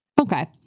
Okay